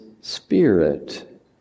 spirit